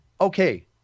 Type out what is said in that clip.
Okay